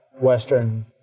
Western